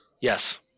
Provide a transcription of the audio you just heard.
Yes